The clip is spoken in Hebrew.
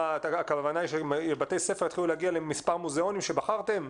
הכוונה היא שבתי ספר יתחילו להגיע למספר מוזיאונים שבחרתם?